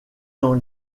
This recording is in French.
dans